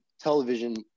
television